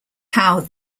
how